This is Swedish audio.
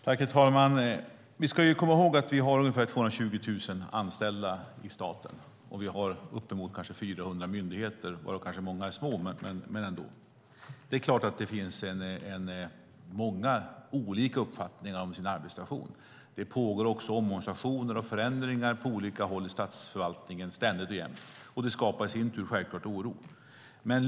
Herr talman! Vi ska komma ihåg att vi i staten har ungefär 220 000 anställda, och vi har uppemot 400 myndigheter, varav många kanske är små, men ändock. Det är klart att det finns många olika uppfattningar om arbetssituationen. Det pågår också ständigt omorganisationer och förändringar på olika håll i statsförvaltningen, och det skapar i sin tur självklart oro.